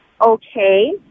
okay